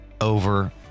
over